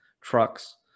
trucks